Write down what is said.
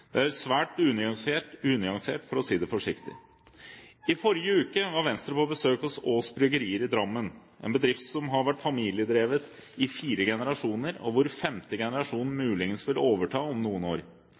Det er svært unyansert, for å si det forsiktig. I forrige uke var Venstre på besøk hos Aass Bryggeri i Drammen, en bedrift som har vært familiedrevet i fire generasjoner, og hvor femte generasjon